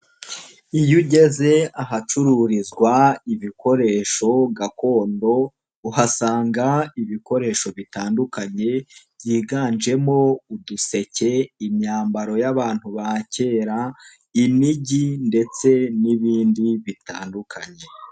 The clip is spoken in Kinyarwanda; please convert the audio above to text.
Iyo ugeze ahacururizwa ibikoresho gakondo uhasanga ibikoresho bitandukanye byiganjemo uduseke, imyambaro y'abantu ba kera, inigi ndetse n'ibindi bitandukanye.